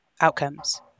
outcomes